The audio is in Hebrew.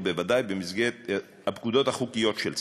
ובוודאי במסגרת הפקודות החוקיות של צה"ל.